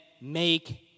make